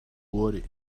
worry